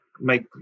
make